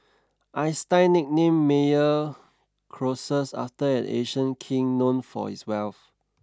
Einstein nicknamed Meyer Croesus after an ancient king known for his wealth